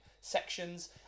sections